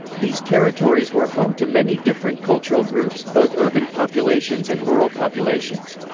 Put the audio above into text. these territories were home to many different cultural groups, both urban populations and rural populations.